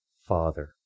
Father